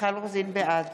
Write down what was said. בעד